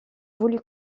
voulu